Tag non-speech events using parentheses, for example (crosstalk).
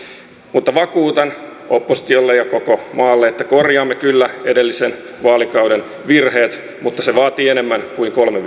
mutta vakuutan oppositiolle ja koko maalle että korjaamme kyllä edellisen vaalikauden virheet mutta se vaatii enemmän kuin kolme (unintelligible)